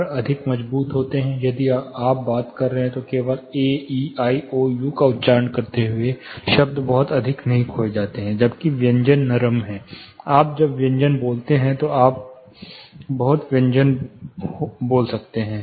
स्वर अधिक मजबूत होते हैं यदि आप बात कर रहे हैं तो केवल A E I O U का उच्चारण करते हुए शब्द बहुत अधिक नहीं खोए जाते हैं जबकि व्यंजन नरम हैं जब आप व्यंजन बोलते हैं तो आप बहुत व्यंजन हो सकते हैं